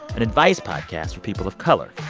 an advice podcast for people of color,